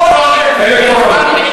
אלקטרונית.